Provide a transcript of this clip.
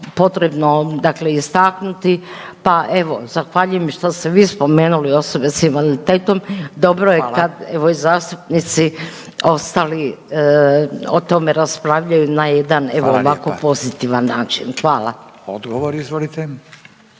potrebno, dakle istaknuti pa evo zahvaljujem što ste vi spomenuli osobe sa invaliditetom. Dobro je kad evo i zastupnici ostali o tome raspravljaju na jedan evo ovako pozitivan način. Hvala. **Radin,